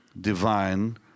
divine